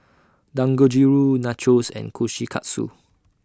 Dangojiru Nachos and Kushikatsu